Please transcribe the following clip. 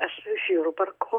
aš iš jurbarko